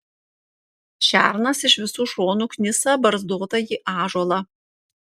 šernas iš visų šonų knisa barzdotąjį ąžuolą